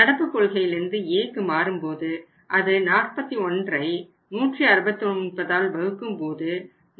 நடப்பு கொள்கையிலிருந்து Aக்கு மாறும்போது அது 41ஐ 169 ஆல் வகுக்கும்போது 48